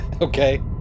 Okay